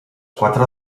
quatre